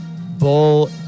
Bull